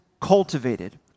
cultivated